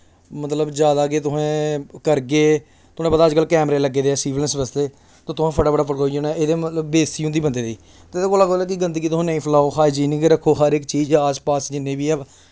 मतलब जादा गै तुस करगे थाह्नूं पता ऐ अज्ज कल कैमरे लग्गे दे ऐं सिवलियन आस्तै ते तुसें फटाफट पकड़ोई जाना ते एह्दे ने बेशती होंदी बंदे दी ते एह्दे कोला दा गंदगी तुस नेईं फलाई हाइजीनिक गै रक्खो हर इक चीज आस पास जि'न्नी बी होऐ